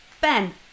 Ben